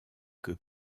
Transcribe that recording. que